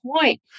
point